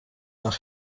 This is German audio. nach